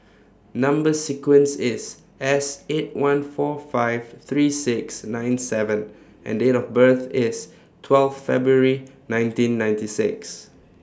Number sequence IS S eight one four five three six nine seven and Date of birth IS twelve February nineteen ninety six